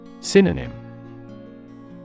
Synonym